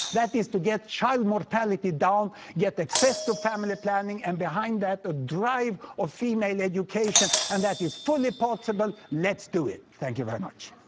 that is to get child mortality down, get access to family planning and behind that ah drive female education. and that is fully possible. let's do it. thank you very much.